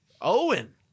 owen